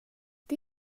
det